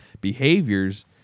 behaviors